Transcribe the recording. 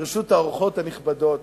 וברשות האורחות הנכבדות